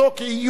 כאיום.